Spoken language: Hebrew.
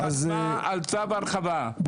חתמה על צו הרחבה,